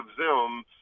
Zoom